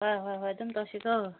ꯍꯣꯏ ꯍꯣꯏ ꯍꯣꯏ ꯑꯗꯨꯝ ꯇꯧꯁꯤꯀꯣ